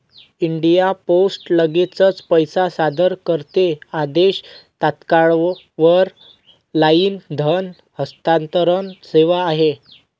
India post लगेचच पैसे सादर करते आदेश, तात्काळ वर लाईन धन हस्तांतरण सेवा आहे